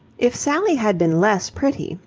if sally had been less pretty,